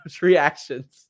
reactions